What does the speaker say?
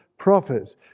prophets